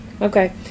Okay